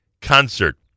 concert